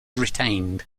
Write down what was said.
retained